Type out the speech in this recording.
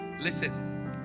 listen